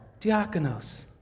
diakonos